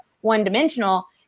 one-dimensional